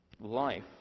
Life